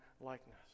likeness